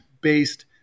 based